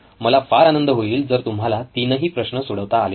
मला फार आनंद होईल जर तुम्हाला तीनही प्रश्न सोडवता आले तर